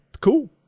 cool